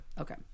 Okay